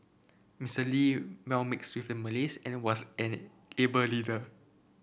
Mister Lee well mixed with the Malays and was an a able leader